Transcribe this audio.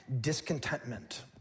Discontentment